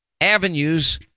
avenues